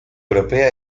europea